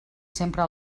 sempre